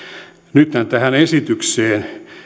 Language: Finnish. nythän tähän esitykseen